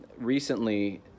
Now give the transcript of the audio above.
recently